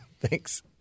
Thanks